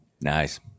nice